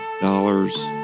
Dollars